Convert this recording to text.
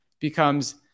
becomes